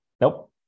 Nope